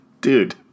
Dude